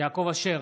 יעקב אשר,